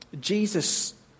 Jesus